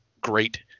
great